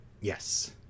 Yes